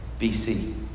BC